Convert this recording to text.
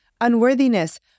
unworthiness